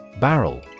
Barrel